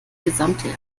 gesamte